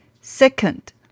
Second